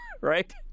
right